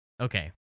Okay